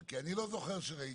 כי אני לא זוכר שראיתי.